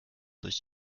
durch